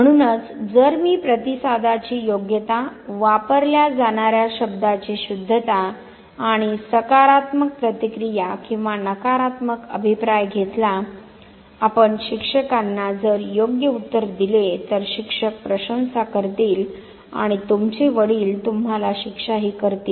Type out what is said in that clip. म्हणूनच जर मी प्रतिसादाची योग्यता वापरल्या जाणाऱ्या शब्दाची शुद्धता आणि सकारात्मक प्रतिक्रिया किंवा नकारात्मक अभिप्राय घेतला आपण शिक्षकांना जर योग्य उत्तर दिले तर शिक्षक प्रशंसा करतील आणि तुमचे वडिल तुम्हाला शिक्षाही करतील